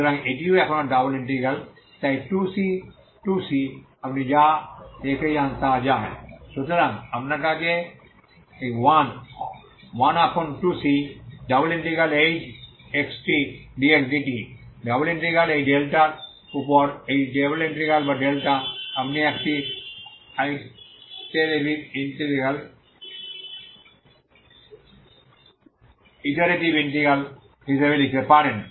সুতরাং এটি এখনও ডাবল ইন্টিগ্রাল তাই 2c 2c আপনি যা রেখে যান তা যায় সুতরাং আপনার কাছে 112c∬hxt dx dt double integral এই ডেল্টার উপর এই ডাবল ইন্টিগ্রাল বা ডেল্টা আপনি একটি আইটেরেটিভ ইন্টিগ্রাল হিসাবে লিখতে পারেন